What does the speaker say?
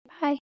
Bye